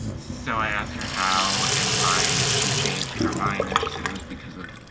so i asked her how and why she changed her mind, and she said it was because of